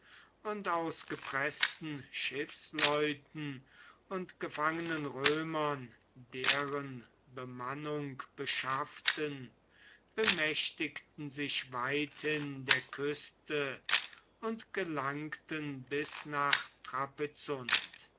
und aus gepreßten schiffsleuten und gefangenen römern deren bemannung beschafften bemächtigten sich weithin der küste und gelangten bis nach